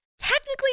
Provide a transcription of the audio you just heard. Technically